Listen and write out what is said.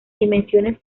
dimensiones